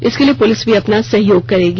इसके लिए पुलिस भी अपना सहयोग करेगी